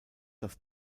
das